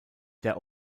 der